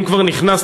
אם כבר נכנסת,